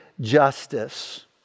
justice